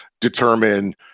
determine